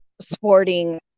sporting